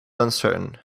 uncertain